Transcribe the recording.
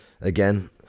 again